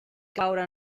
caure